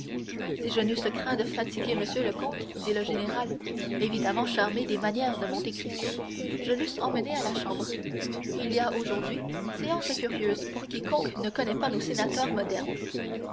si je n'eusse craint de fatiguer monsieur le comte dit le général évidemment charmé des manières de monte cristo je l'eusse emmené à la chambre il y a aujourd'hui séance curieuse pour quiconque ne connaît pas nos sénateurs modernes